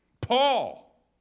Paul